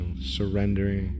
surrendering